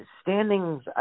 standings